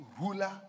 ruler